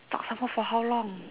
talk some more for how long